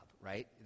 right